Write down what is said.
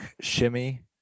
shimmy